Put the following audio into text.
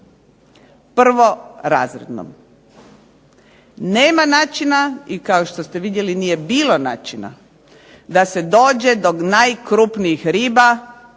Prvorazredno nema načina i kao što ste vidjeli nije bilo načina da se dođe do najkrupnijih riba